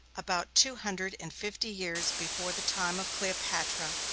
about two hundred and fifty years before the time of cleopatra,